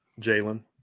Jalen